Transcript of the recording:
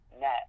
net